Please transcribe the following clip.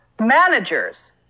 managers